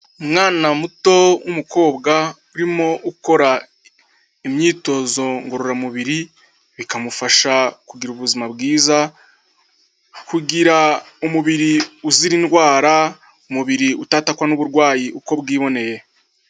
Umwana muto w'umukobwa urimo ukora imyitozo ngororamubiri, bikamufasha kugira ubuzima bwiza kugira umubiri uzira indwara, umubiri utatakwa n'uburwayi uko bwiboneye.